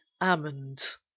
almonds